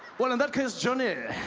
well in that case johnny